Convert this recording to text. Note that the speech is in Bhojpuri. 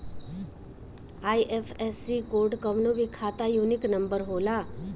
आई.एफ.एस.सी कोड कवनो भी खाता यूनिक नंबर होला